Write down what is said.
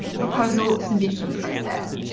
proposal submission process.